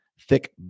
thick